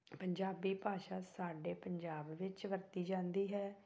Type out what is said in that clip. ਪੰਜਾਬੀ ਭਾਸ਼ਾ ਸਾਡੇ ਪੰਜਾਬ ਵਿੱਚ ਵਰਤੀ ਜਾਂਦੀ ਹੈ